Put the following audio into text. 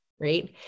right